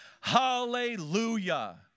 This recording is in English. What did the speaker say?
Hallelujah